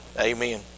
Amen